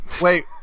Wait